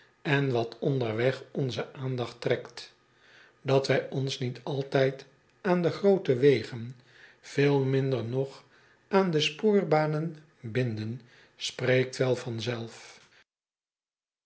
en wat onderweg onze aandacht trekt at wij ons niet altijd aan de groote wegen veel minder nog aan de spoorbanen binden spreekt wel